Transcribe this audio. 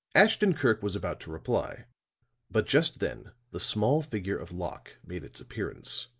ashton-kirk was about to reply but just then the small figure of locke made its appearance.